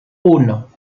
uno